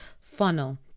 Funnel